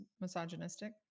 misogynistic